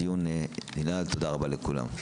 הדיון ננעל, תודה רבה לכולם.